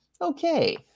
Okay